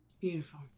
Beautiful